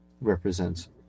represents